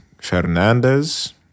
Fernandez